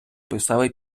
писали